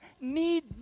need